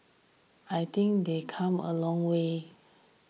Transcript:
I think they come a long way